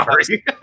Sorry